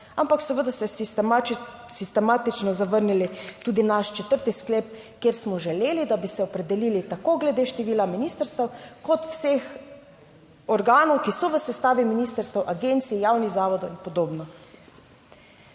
ampak seveda ste sistematično zavrnili tudi naš četrti sklep, kjer smo želeli, da bi se opredelili tako glede števila ministrstev kot vseh organov, ki so v sestavi ministrstev, agencij, javnih zavodov in podobno.